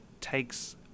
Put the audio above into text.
takes